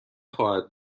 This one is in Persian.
خواهد